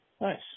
Nice